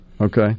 Okay